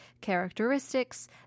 characteristics